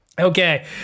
Okay